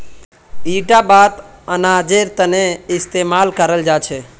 इटा बात अनाजेर तने इस्तेमाल कराल जा छे